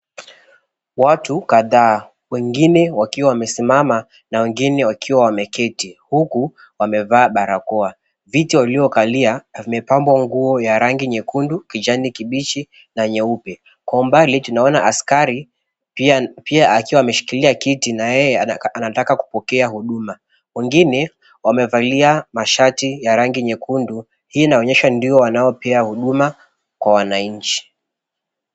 Watu kadhaa, wengine wakiwa wamesimama na wengine wakiwa wameketi huku wamevaa barakoa. Viti waliokalia vimepambwa nguo za rangi nyekundu, kijani kibichi na nyeupe. Kwa umbali tunaona askari pia akiwa ameshikilia kiti na yeye anataka kupokea huduma. Wengine wamevalia mashati ya rangi nyekundu, hii inaonyesha ndio wanaopea huduma kwa wananchi.